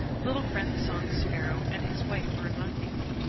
little friend the song sparrow and his wife were among these.